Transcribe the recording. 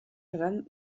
seran